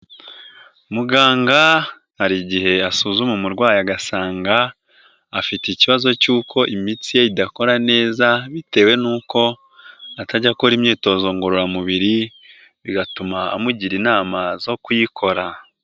Muganga hari igihe asuzuma umurwayi agasanga afite ikibazo cyuko imitsi ye idakora neza bitewe nuko atajya akora imyitozo ngororamubiri, bigatuma amugira inama zo kuyikora.